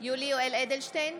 יולי יואל אדלשטיין,